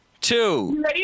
two